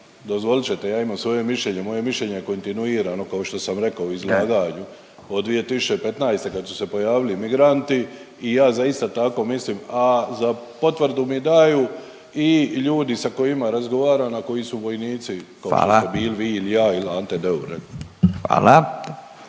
dozvolit ćete ja imam svoje mišljenje, moje je mišljenje kontinuirano kao što sam rekao u izlaganju od 2015. kad su se pojavili migranti i ja zaista tako mislim. A za potvrdu mi daju i ljudi sa kojima razgovaram, a koji su vojnici …/Upadica Radin: Hvala./… kao što smo bili vi il ja il Ante Deur.